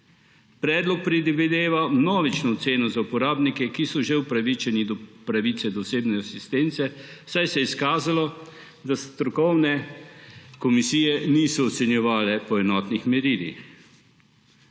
Predlog predvideva vnovično oceno za uporabnike, ki so že upravičeni do pravice do osebne asistence, saj se je izkazalo, da strokovne komisije niso ocenjevale po enotnih merilih.